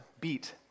beat